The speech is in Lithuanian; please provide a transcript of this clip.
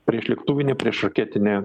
priešlėktuvinę priešraketinę